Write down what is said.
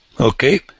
Okay